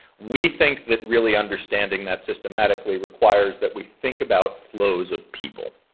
we think that really understanding that systematically requires that we think about flows of people.